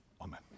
Amen